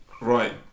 right